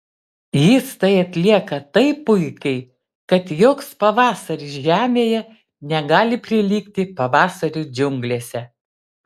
jis tai atlieka taip puikiai kad joks pavasaris žemėje negali prilygti pavasariui džiunglėse